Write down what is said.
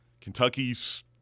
Kentucky's